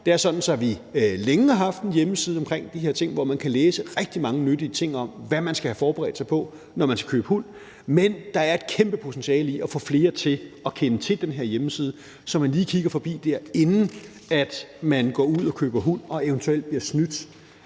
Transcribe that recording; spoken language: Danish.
Det er sådan, at vi længe har haft en hjemmeside omkring de her ting, hvor man kan læse rigtig mange nyttige ting om, hvad man skal have forberedt sig på, når man skal købe hund, men der er et kæmpe potentiale i at få flere til at kende til den her hjemmeside, så man lige kigger forbi dér, inden man går ud og køber hund og eventuelt bliver snydt